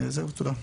זהו, תודה.